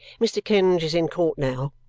mr. kenge is in court now.